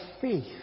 faith